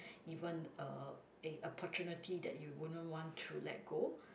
even uh a opportunity that you wouldn't want to let go